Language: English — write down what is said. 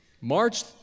March